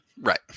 Right